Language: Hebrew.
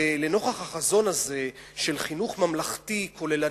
לנוכח החזון הזה של חינוך ממלכתי כוללני,